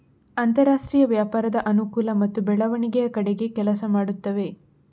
ಅಂತರಾಷ್ಟ್ರೀಯ ವ್ಯಾಪಾರದ ಅನುಕೂಲ ಮತ್ತು ಬೆಳವಣಿಗೆಯ ಕಡೆಗೆ ಕೆಲಸ ಮಾಡುತ್ತವೆ